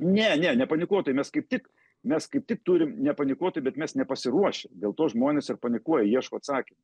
ne ne nepanikuotojai mes kaip tik mes kaip tik turim nepanikuoti bet mes nepasiruošę dėl to žmonės ir panikuoja ieško atsakymų